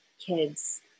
kids